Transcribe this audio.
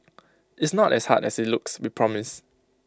it's not as hard as IT looks we promise